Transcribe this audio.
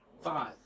Five